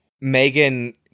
Megan